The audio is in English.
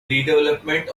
redevelopment